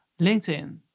LinkedIn